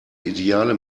ideale